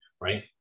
right